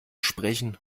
sprechen